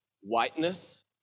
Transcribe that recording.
whiteness